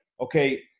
okay